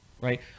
right